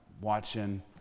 watching